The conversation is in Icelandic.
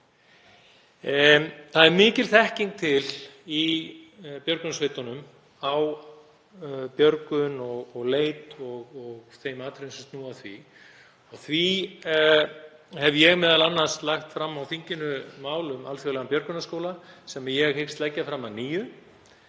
Það er mikil þekking til í björgunarsveitunum á björgun og leit og atriðum sem snúa að því. Því hef ég m.a. lagt fram á þinginu mál um alþjóðlegan björgunarskóla sem ég hyggst leggja fram að nýju.